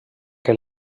que